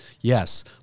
Yes